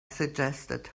suggested